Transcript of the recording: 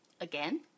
again